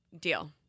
Deal